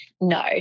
No